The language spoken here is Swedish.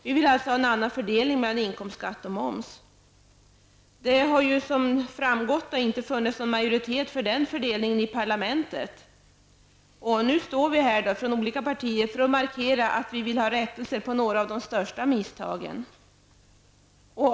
Vi vill alltså ha en annan fördelning mellan inkomstskatt och moms. Som redan har framgått har det inte funnits majoritet i parlamentet för en sådan fördelning. Nu vill olika partier kräva rättelse av några av de största misstagen.